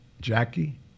Jackie